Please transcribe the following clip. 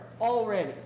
already